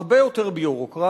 הרבה יותר ביורוקרטיה.